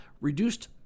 reduced